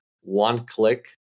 one-click